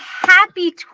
Happy